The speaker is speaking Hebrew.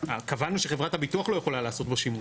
קבענו שחברת הביטוח לא יכולה לעשות בו שימוש.